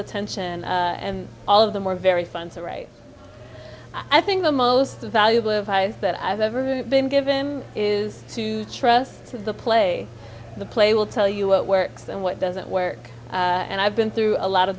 attention and all of them were very fun to write i think the most valuable advice that i've ever been given is to trust the play the play will tell you what works and what doesn't work and i've been through a lot of